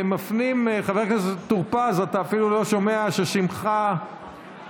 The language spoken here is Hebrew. חבר הכנסת טור פז, אתה אפילו לא שומע ששמך נקרא.